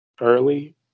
early